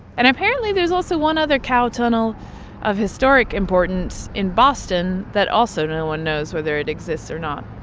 and apparently, there's also one other cow tunnel of historic importance in boston that also no one knows whether it exists or not